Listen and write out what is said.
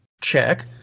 check